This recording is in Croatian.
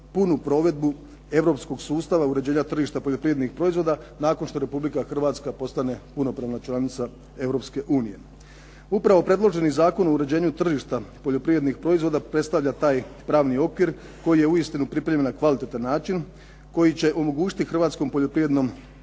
punu provedbu europskog sustava uređenja tržišta poljoprivrednih proizvoda nakon što Republika Hrvatska postane punopravna članica Europske unije. Upravo predloženi Zakon o uređenju tržišta poljoprivrednih proizvoda predstavlja taj pravni okvir koji je uistinu pripremljen na kvalitetan način, koji će omogućiti hrvatskom poljoprivrednom